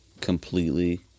completely